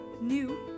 new